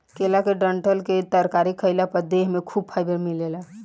केला के डंठल के तरकारी खइला पर देह में खूब फाइबर मिलेला